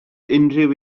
unrhyw